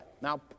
Now